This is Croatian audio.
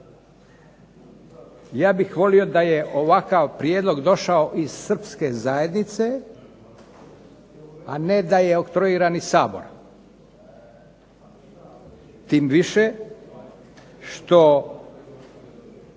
Ja bih volio da je ovakav prijedlog došao iz srpske zajednice, a ne da je oktruiran iz Sabora. Tim više što,